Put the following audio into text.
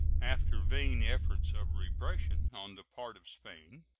after vain efforts of repression on the part of spain,